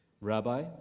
Rabbi